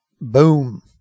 boom